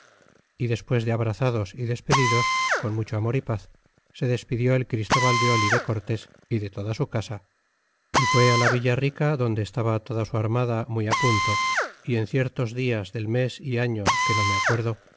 y despues de abrazados y despedidos con mucho amor y paz se despidió el christóbal de oli de cortes y de toda su casa y fue la villa rica donde estaba toda su armada muy apunto y en ciertos dias del mes é año que no me acuerdo